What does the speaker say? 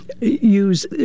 use